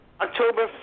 October